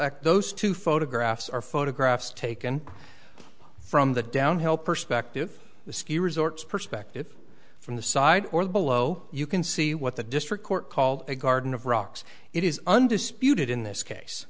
act those two photographs are photographs taken from the downhill perspective the ski resorts perspective from the side or below you can see what the district court called a garden of rocks it is undisputed in this case